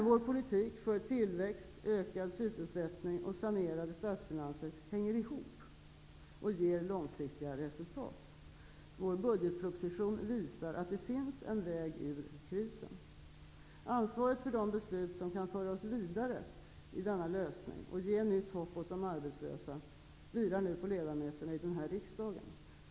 Vår politik för tillväxt, ökad sysselsättning och sanerade statsfinanser hänger ihop och ger långsiktiga resultat. Vår budgetproposition visar att det finns en väg ut ur krisen. Ansvaret för de beslut som kan föra oss vidare i fråga om denna lösning och ge de arbetslösa nytt hopp vilar nu på ledamöterna i denna riksdag.